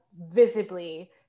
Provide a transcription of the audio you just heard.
visibly